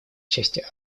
части